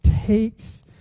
takes